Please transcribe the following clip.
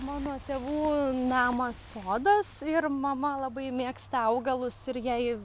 mano tėvų namas sodas ir mama labai mėgsta augalus ir jai